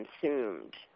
consumed